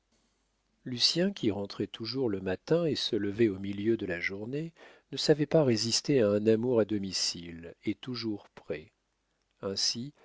lucien qui rentrait toujours le matin et se levait au milieu de la journée ne savait pas résister à un amour à domicile et toujours prêt ainsi